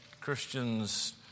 Christians